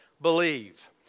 believe